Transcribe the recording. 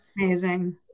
Amazing